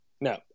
No